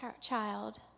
child